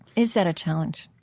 is that a challenge?